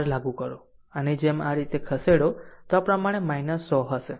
આમ જો આની જેમ આ રીતે ખસેડો તો તે આ પ્રમાણે 100 હશે